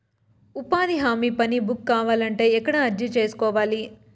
ఉపాధి హామీ పని బుక్ కావాలంటే ఎక్కడ అర్జీ సేసుకోవాలి?